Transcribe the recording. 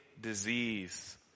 disease